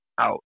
out